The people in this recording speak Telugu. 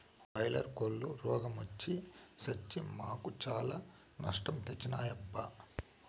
బాయిలర్ కోల్లు రోగ మొచ్చి సచ్చి మాకు చాలా నష్టం తెచ్చినాయబ్బా